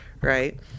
right